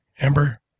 Amber